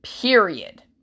Period